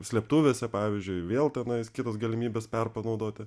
slėptuvėse pavyzdžiui vėl tenai kitos galimybės perpanaudoti